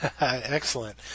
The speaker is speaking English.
Excellent